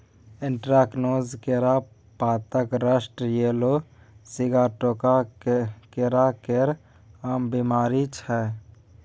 anthracnose, केरा पातक rust, yellow sigatoka केरा केर आम बेमारी छै